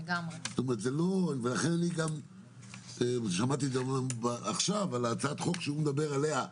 אני שמעתי עכשיו על הצעת החוק שהוא מדבר עליה,